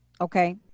Okay